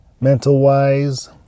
mental-wise